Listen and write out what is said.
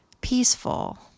peaceful